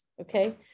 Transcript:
okay